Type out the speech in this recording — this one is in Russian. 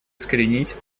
искоренить